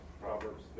Proverbs